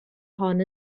hon